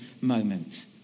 moment